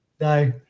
No